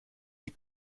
die